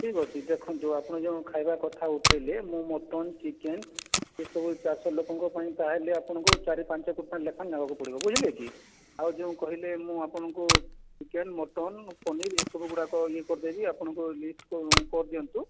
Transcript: ଠିକ୍ ଅଛି ଦେଖନ୍ତୁ ଆପଣ ଯେଉଁ ଖାଇବା କଥା ଉଠାଇଲେ ମୁଁ ମଟନ୍ ଚିକେନ୍ ଏସବୁ ଚାରିଶହ ଲୋକଙ୍କ ପାଇଁ ତାହେଲେ ଆପଣଙ୍କୁ ଚାରି ପାଞ୍ଚ କୁଇଣ୍ଟାଲ ମଟନ୍ ନେବାକୁ ପଡ଼ିବ ବୁଝିଲେ କି ଆଉ ଯେଉଁ କହିଲେ ମୁଁ ଆପଣଙ୍କୁ ଚିକେନ୍ ମଟନ୍ ପନିର ଏସବୁ ଗୁଡ଼ାକ ଇଏ କରିଦେବି ଆପଣଙ୍କ ଟିକିଏ ଲିଷ୍ଟ କରିଦିଅନ୍ତୁ